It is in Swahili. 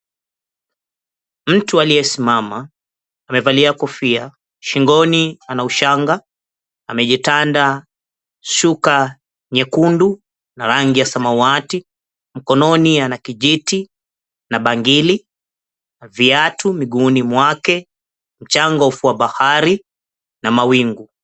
Mtu aliyesimama amevalia kofia. Shingoni ana ushanga. Amejitanda shuka nyekundu na rangi ya samawati. Mkononi ana kijiti na bangili, viatu miguuni mwake, mchanga wa ufuo wa bahari na mawingu.